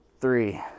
three